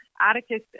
Atticus